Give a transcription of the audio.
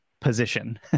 position